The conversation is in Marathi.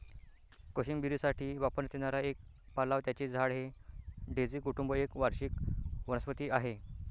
कोशिंबिरीसाठी वापरण्यात येणारा एक पाला व त्याचे झाड हे डेझी कुटुंब एक वार्षिक वनस्पती आहे